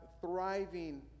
thriving